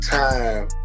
time